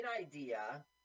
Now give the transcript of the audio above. idea